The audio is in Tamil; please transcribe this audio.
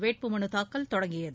வேட்புமனுத்தாக்கல் தொடங்கியது